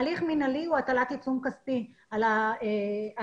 הליך מינהלי הוא הטלת עיצום כספי על העוסק